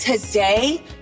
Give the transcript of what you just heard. Today